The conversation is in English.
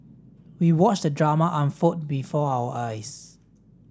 we watched the drama unfold before our eyes